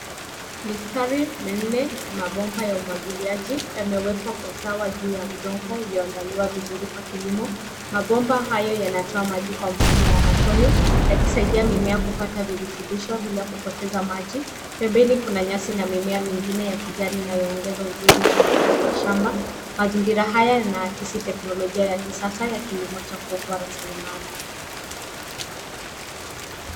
Mistari minne ya mabomba ya umwagiliaji, yamewekwa kwa usawa juu ya udongo ulioandaliwa vizuri kwa kilimo. Mabomba hayo yanatoa maji kwa mfumo wa matone, yakisaidia mimea kupata virutubishwa bila kupoteza maji. Pembeni kuna nyasi na mimea mingine ya kijani inayoongeza uzuri wa mandhari ya shamba. Mazingira haya yana akisi technologia ya kisasa ya kilimo cha kuokoa raslimali.